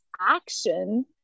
action